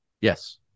Yes